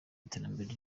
iterambere